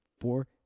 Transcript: Four